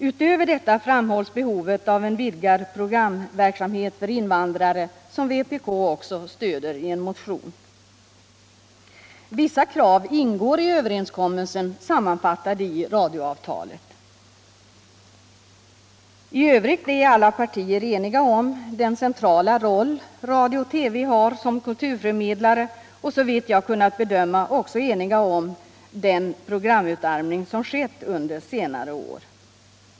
Utöver detta framhålls behovet av en vidgad programverksamhet för invandrare, vilket vpk också stöder I en motion. Vissa krav ingår i överenskommelsen, sammanfattade i radioavtalet. I övrigt är alla partier ense om den centrala roll radio och TV har som kulturförmedlare. Såvitt jag har kunnat bedöma är vi också eniga om att en programutarmning skett under scnare år.